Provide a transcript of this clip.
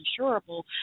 insurable